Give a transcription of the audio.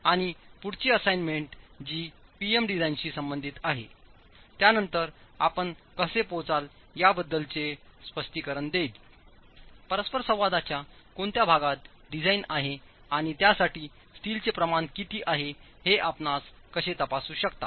आणि पुढची असाईनमेंट जी P M डिझाइनशी संबंधित आहे त्यानंतर आपण कसे पोहोचाल याबद्दलचे स्पष्टीकरण देईल परस्परसंवादाच्या कोणत्या भागात डिझाइन आहे आणि त्यासाठी स्टीलचे प्रमाण किती आहे हे आपण कसे तपासू शकता